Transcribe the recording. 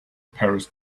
paris